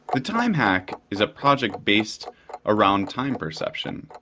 the time hack is a project based around time perception,